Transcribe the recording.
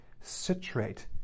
citrate